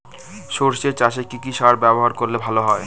সর্ষে চাসে কি কি সার ব্যবহার করলে ভালো হয়?